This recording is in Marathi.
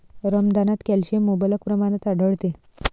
रमदानात कॅल्शियम मुबलक प्रमाणात आढळते